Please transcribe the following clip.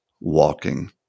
walking